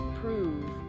prove